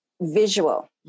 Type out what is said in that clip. visual